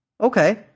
Okay